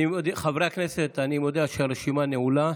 חברי הכנסת, אני מודיע שהרשימה נעולה.